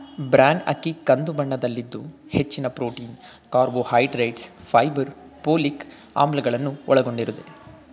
bran ಅಕ್ಕಿ ಕಂದು ಬಣ್ಣದಲ್ಲಿದ್ದು ಹೆಚ್ಚಿನ ಪ್ರೊಟೀನ್, ಕಾರ್ಬೋಹೈಡ್ರೇಟ್ಸ್, ಫೈಬರ್, ಪೋಲಿಕ್ ಆಮ್ಲಗಳನ್ನು ಒಳಗೊಂಡಿದೆ